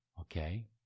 Okay